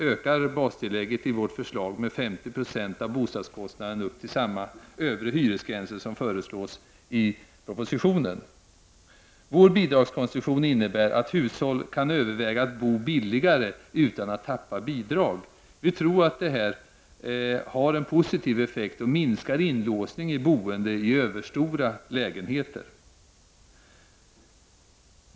ökar bastillägget enligt vårt förslag med 50 20 av bostadskostnaden upp till samma övre hyresgränser som föreslås i propositionen. Vår bidragskonstruktion innebär att hushåll kan överväga att bo billigare utan att tappa bidrag. Vi tror att detta har en positiv effekt och minskar inlåsning i boende i överstora lägenheter.